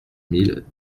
mille